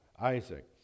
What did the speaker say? Isaac